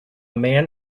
man